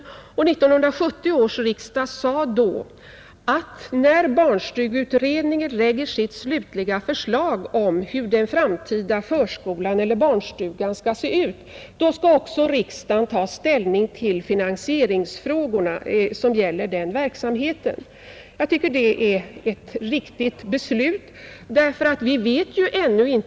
1970 års riksdag uttalade, att när barnstugeutredningen framlägger sitt slutliga förslag om hur den framtida förskolan eller barnstugan skall se ut, skall riksdagen också ta ställning till frågan om finansieringen av verksamheten. Jag tycker att det var ett riktigt beslut.